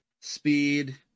Speed